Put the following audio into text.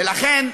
ולכן,